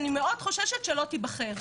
אני מאוד חוששת שלא תיבחר,